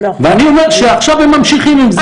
ואני אומר שעכשיו הם ממשיכים עם זה.